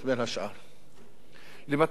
גם למטרות של הישרדות פוליטית.